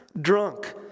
drunk